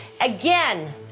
again